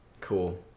Cool